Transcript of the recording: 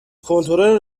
کنترل